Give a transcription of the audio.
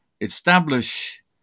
establish